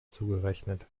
zugerechnet